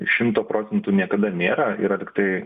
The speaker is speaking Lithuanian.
šimto procentų niekada nėra yra tiktai